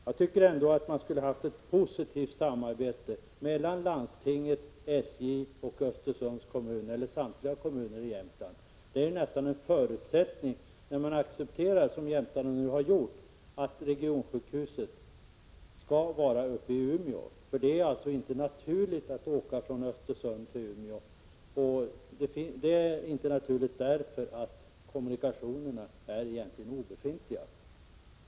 Jag tycker att man borde haft ett positivt samarbete mellan landstinget, SJ och Östersunds kommun eller samtliga kommuner i Jämtlands län. När man nu, som jämtarna har gjort, har accepterat att regionsjukhuset skall vara uppe i Umeå är detta nästan en förutsättning. Det är nämligen inte naturligt att åka från Östersund till Umeå, eftersom kommunikationerna egentligen är obefintliga.